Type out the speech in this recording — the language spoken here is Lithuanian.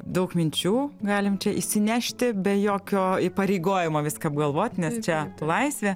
daug minčių galim čia išsinešti be jokio įpareigojimo viską apgalvot nes čia laisvė